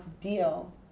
deal